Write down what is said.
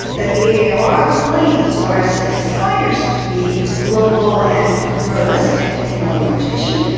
that they are claims or aspire to be global and pluralistic in orientation,